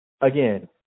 again